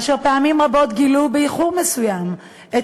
אשר פעמים רבות גילו באיחור מסוים את